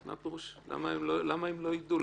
למה שהם לא ידעו?